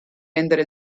rendere